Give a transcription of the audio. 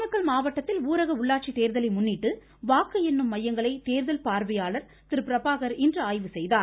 நாமக்கல் மாவட்டத்தில் ஊரக உள்ளாட்சி தேர்தலை முன்னிட்டு வாக்கு எண்ணும் மையங்களை தேர்தல் பார்வையாளர் திரு பிரபாகர் இன்று ஆய்வு செய்தார்